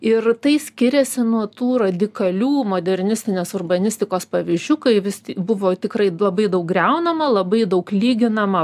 ir tai skiriasi nuo tų radikalių modernistinės urbanistikos pavyzdžių kai vis buvo tikrai labai daug griaunama labai daug lyginama